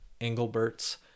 Engelbert's